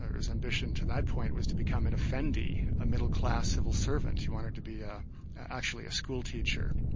his ambition to that point, was to become an effendi, a middle-class civil servant, he wanted to be ah actually a schoolteacher.